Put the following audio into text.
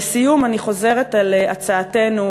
לסיום, אני חוזרת על הצעתנו.